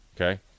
Okay